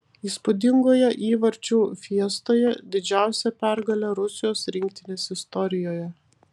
įspūdingoje įvarčių fiestoje didžiausia pergalė rusijos rinktinės istorijoje